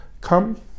come